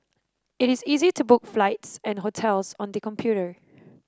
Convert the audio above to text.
it is easy to book flights and hotels on the computer